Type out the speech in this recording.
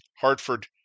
Hartford